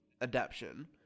adaption